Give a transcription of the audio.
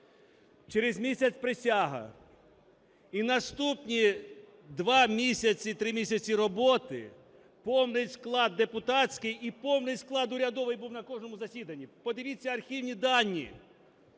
Через місяць – присяга. І наступні два місяці, три місяці роботи повний склад депутатський і повний склад урядовий був на кожному засіданні. Подивіться архівні дані!